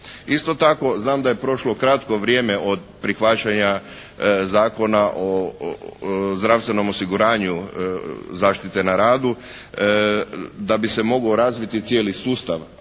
Isto tako, znam da je prošlo kratko vrijeme od prihvaćanja Zakona o zdravstvenom osiguranju zaštite na radu da bi se mogao razviti cijeli sustav